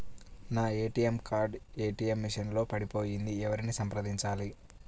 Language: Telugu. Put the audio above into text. నా ఏ.టీ.ఎం కార్డు ఏ.టీ.ఎం మెషిన్ లో పడిపోయింది ఎవరిని సంప్రదించాలి?